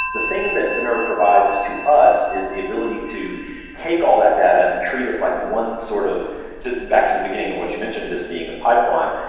the thing that veneur provides to us is the ability to take all that data and treat it like one sort of back to the beginning of what you mentioned, this being a pipeline,